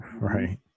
right